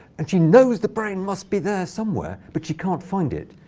and she knows the brain must be there somewhere, but she can't find it,